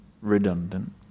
redundant